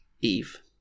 Eve